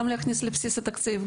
גם להכניס לבסיס התקציב,